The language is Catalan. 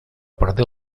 perdé